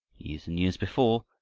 years and years before,